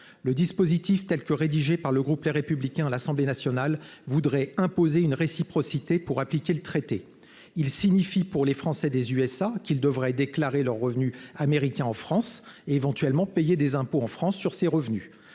Le dispositif tel que rédigé par le groupe Les Républicains à l'Assemblée nationale voudrait imposer une réciprocité pour appliquer le traité. Il signifie pour les Français des États-Unis qu'ils devraient déclarer leurs revenus américains en France et, éventuellement, payer des impôts en France sur ces revenus.